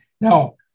Now